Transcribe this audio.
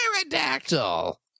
Pterodactyl